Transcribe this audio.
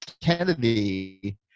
Kennedy